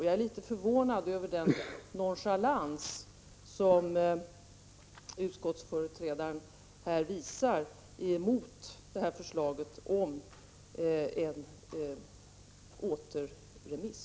Jag är litet förvånad över den nonchalans som utskottets företrädare visar mot förslaget om en återremiss.